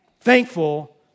thankful